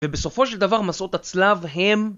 ובסופו של דבר מסעות הצלב הם...